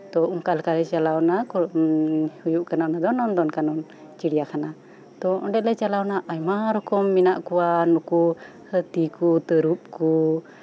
ᱛᱳ ᱚᱱᱠᱟ ᱞᱮᱠᱟᱞᱮ ᱪᱟᱞᱟᱣᱱᱟ ᱦᱩᱭᱩᱜ ᱠᱟᱱᱟ ᱚᱱᱟ ᱫᱚ ᱱᱚᱱᱫᱚᱱᱠᱟᱱᱚᱱ ᱪᱤᱲᱭᱟᱠᱷᱟᱱᱟ ᱛᱳ ᱚᱱᱰᱮ ᱞᱮ ᱪᱟᱞᱟᱣᱱᱟ ᱟᱭᱢᱟ ᱨᱚᱠᱚᱢ ᱢᱮᱱᱟᱜ ᱠᱚᱣᱟ ᱱᱩᱠᱩ ᱦᱟᱹᱛᱤ ᱠᱚ ᱛᱟᱹᱨᱩᱵᱽ ᱠᱚ